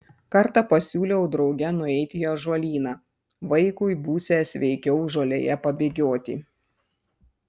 kartą pasiūliau drauge nueiti į ąžuolyną vaikui būsią sveikiau žolėje pabėgioti